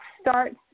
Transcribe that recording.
start